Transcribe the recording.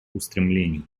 устремлений